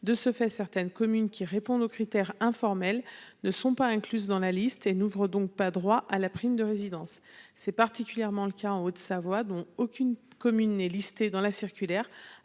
De ce fait, certaines communes qui répondent aux critères informel ne sont pas incluses dans la liste et n'ouvre donc pas droit à la prime de résidence. C'est particulièrement le cas en Haute-Savoie, dont aucune commune est listé dans la circulaire,